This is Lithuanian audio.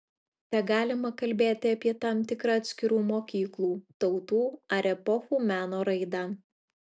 tegalima kalbėti apie tam tikrą atskirų mokyklų tautų ar epochų meno raidą